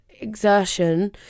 exertion